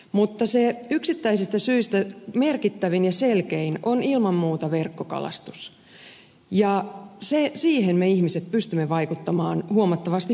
mutta se yksittäisistä syistä merkittävin ja selkein on ilman muuta verkkokalastus ja siihen me ihmiset pystymme vaikuttamaan huomattavasti paremmin